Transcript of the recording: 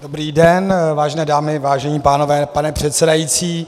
Dobrý den, vážené dámy, vážení pánové, pane předsedající.